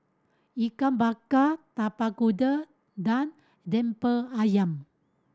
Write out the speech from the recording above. Ikan Bakar Tapak Kuda Lemper Ayam